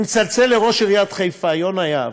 אני מצלצל לראש עיריית חיפה, יונה יהב,